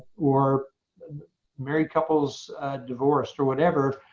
or married couples divorced or whatever,